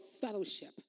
fellowship